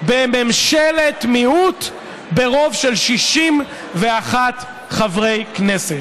בממשלת מיעוט ברוב של 61 חברי כנסת.